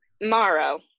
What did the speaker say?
morrow